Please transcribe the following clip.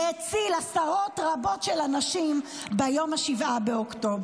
והציל עשרות רבות של אנשים ביום 7 באוקטובר.